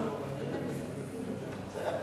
לא.